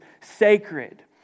sacred